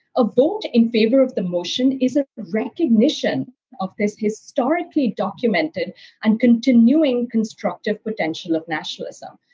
a vote in favor of the motion is a recognition of this historically documented and continuing constructive potential of nationalism.